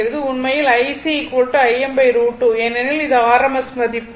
உண்மையில் IC Im√ 2 ஏனெனில் இது rms மதிப்பு